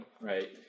right